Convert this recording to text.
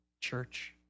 church